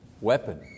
weapon